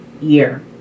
year